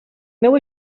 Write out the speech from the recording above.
meu